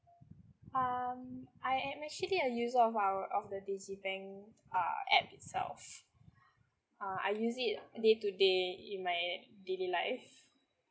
um I am actually a user of our of the digibank uh app itself uh I use it day to day in my daily life